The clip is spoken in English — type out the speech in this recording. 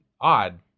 odd